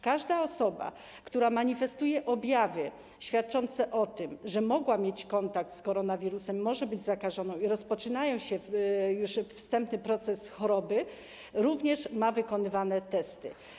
Każda osoba, która manifestuje objawy świadczące o tym, że mogła mieć kontakt z koronawirusem, może być zakażano i rozpoczyna się już wstępny proces choroby, również ma wykonywane testy.